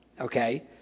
Okay